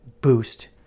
boost